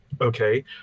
Okay